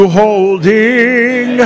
holding